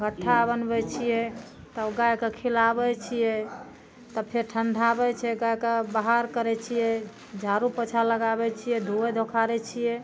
घट्ठा बनबै छियै तऽ ओ गायके खिलाबै छियै तब फेर ठण्ढाबै छै गायके बहार करै छियै झाड़ू पोछा लगाबै छियै धोइ धोखारै छियै